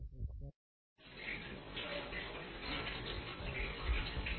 56 గా ఇక్కడ ఇవ్వబడింది మరియు చివరకు ఈకైనెటిక్ ఎనర్జీ ఇలా ఉంటుంది